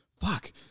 fuck